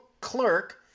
Clerk